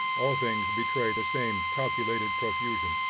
all things betray the same calculated profusion.